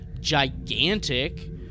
gigantic